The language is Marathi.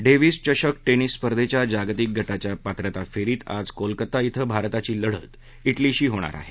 डेव्हिस चषक टेनिस स्पर्धेच्या जागतिक गटाच्या पात्रता फेरीत आज कोलकाता इथं भारताची लढत इटलीशी होणार आहे